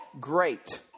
Great